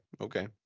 Okay